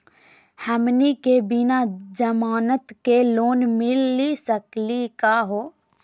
हमनी के बिना जमानत के लोन मिली सकली क हो?